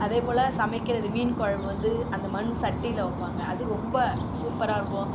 அதேப்போல் சமைக்கிறது மீன் குழம்பு வந்து அந்த மண்சட்டியில் வைப்பாங்க அது ரொம்ப சூப்பராக இருக்கும்